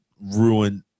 ruined